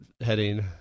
heading